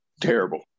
terrible